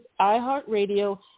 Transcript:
iHeartRadio